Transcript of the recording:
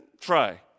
try